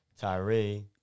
Tyree